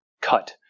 cut